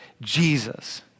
Jesus